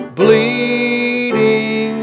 bleeding